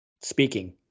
speaking